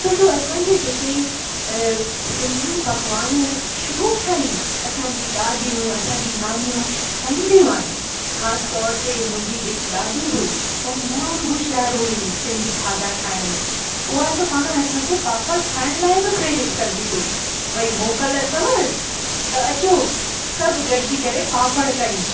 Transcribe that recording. छो जो असांजे जेके सिंधी पकवान शुरुअ खां ई असांजी ॾाॾियूं असांजी नानियूं ठाहींदियूं आहिनि ख़ासितौर ते मुंहिंजी जेकी ॾाॾी हुई तमामु हुशयार हुई सिंधी खाधा ठाहिण में उहा त असांखे पापड़ ठाहिण लाइ बि प्रेरित कंदी हुई भई मोकल अथव त अचो सभु गॾिजी करे पापड़ कयूं